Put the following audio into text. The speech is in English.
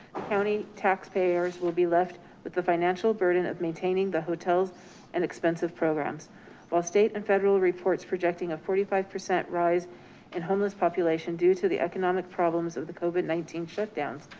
county taxpayers will be left with the financial burden of maintaining the hotels and expensive programs while state and federal reports projecting a forty five percent rise in homeless population due to the economic problems of the covid nineteen shutdowns.